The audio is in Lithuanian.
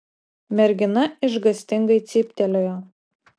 mergina išgąstingai cyptelėjo